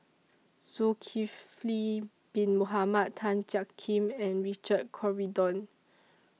Zulkifli Bin Mohamed Tan Jiak Kim and Richard Corridon